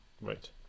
Right